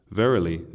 verily